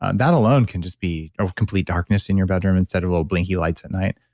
and that alone can just be. or complete darkness in your bedroom instead of little blinky lights at night.